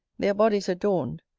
their bodies adorned,